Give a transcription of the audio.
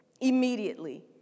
Immediately